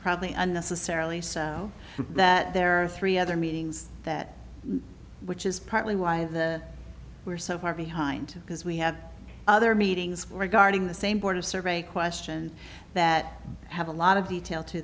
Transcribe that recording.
probably unnecessarily so that there are three other meetings that which is partly why the we're so far behind because we have other meetings regarding the same sort of survey questions that have a lot of detail to